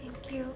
thank you